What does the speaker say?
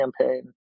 campaign